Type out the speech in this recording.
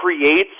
creates